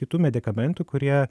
kitų medikamentų kurie